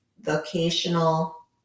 vocational